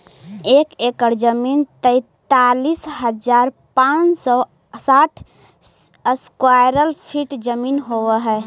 एक एकड़ जमीन तैंतालीस हजार पांच सौ साठ स्क्वायर फीट जमीन होव हई